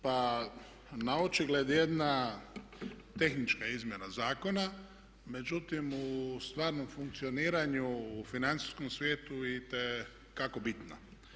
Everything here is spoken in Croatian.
Pa naočigled jedna tehnička izmjena zakona, međutim u stvarnom funkcioniranju u financijskom svijetu itekako bitna.